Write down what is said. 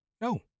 no